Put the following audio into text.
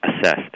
Assessed